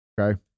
okay